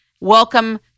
welcome